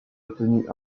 obtenu